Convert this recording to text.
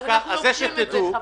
שתדעו,